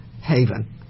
Haven